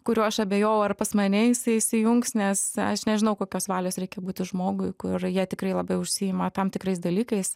kuriuo aš abejojau ar pas mane jisai įsijungs nes aš nežinau kokios valios reikia būti žmogui kur jie tikrai labai užsiima tam tikrais dalykais